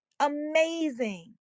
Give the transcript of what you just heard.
amazing